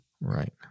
right